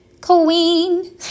queen